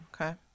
okay